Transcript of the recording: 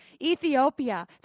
ethiopia